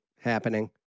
happening